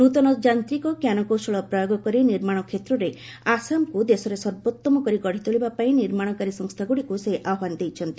ନୂତନ ଯାନ୍ତ୍ରିକ ଞ୍ଜାନକୌଶଳ ପ୍ରୟୋଗ କରି ନିର୍ମାଣ କ୍ଷେତ୍ରରେ ଆସାମକୁ ଦେଶରେ ସର୍ବୋଉମ କରି ଗଢ଼ିତୋଳିବା ପାଇଁ ନିର୍ମାଣକାରୀ ସଂସ୍ଥାଗୁଡ଼ିକୁ ସେ ଆହ୍ପାନ ଦେଇଛନ୍ତି